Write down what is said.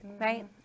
Right